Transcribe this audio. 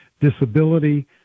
disability